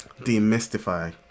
demystify